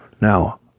Now